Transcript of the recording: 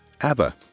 Abba